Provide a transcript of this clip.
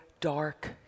dark